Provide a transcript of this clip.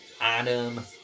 adam